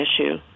issue